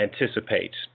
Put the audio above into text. anticipates